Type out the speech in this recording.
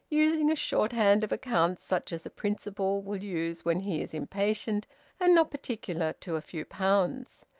using a shorthand of accounts such as a principal will use when he is impatient and not particular to a few pounds.